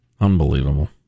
Unbelievable